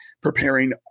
preparing